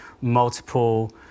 Multiple